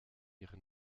ihre